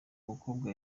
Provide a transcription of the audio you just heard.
mukobwa